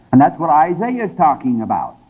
and that's what isaiah is talking about.